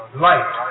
light